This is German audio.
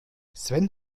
sven